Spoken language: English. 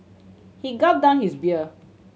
he gulped down his beer